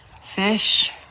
Fish